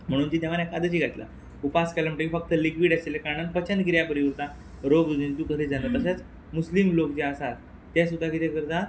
म्हुणून ती देवान एकादशी घातला उपास केले म्हणटकी फक्त लिक्वीड आशिल्ले कारणान पचन क्रिया बरी उरता रोग जंतू जायना तशेंच मुस्लीम लोक जे आसात ते सुद्दां किदें करता